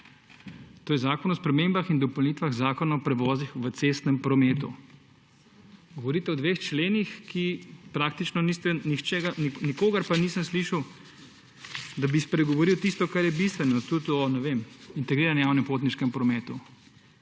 To je Zakon o spremembah in dopolnitvah Zakona o prevozih v cestnem prometu. Govorite o dveh členih, ki praktično, nikogar pa nisem slišal, da bi spregovoril tisto kar je bistveno, tudi o, ne vem, o integriranem javnem potniškem prometu,